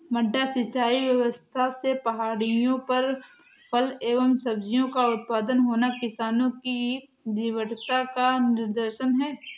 मड्डा सिंचाई व्यवस्था से पहाड़ियों पर फल एवं सब्जियों का उत्पादन होना किसानों की जीवटता का निदर्शन है